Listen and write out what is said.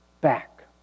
back